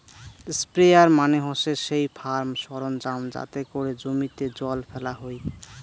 sprayer মানে হসে সেই ফার্ম সরঞ্জাম যাতে করে জমিতে জল ফেলা হই